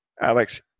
Alex